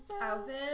Outfit